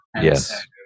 Yes